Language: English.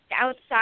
outside